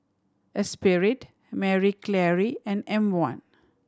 Espirit Marie Claire and M One